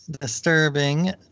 disturbing